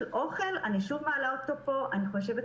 אני מעלה פה שוב את נושא האוכל.